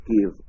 give